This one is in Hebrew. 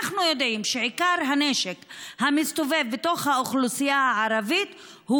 אנחנו יודעים שעיקר הנשק המסתובב בתוך האוכלוסייה הערבית הוא